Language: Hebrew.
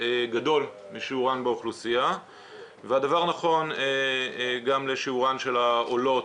גדול משיעורן באוכלוסייה והדבר נכון גם לשיעורן של העולות,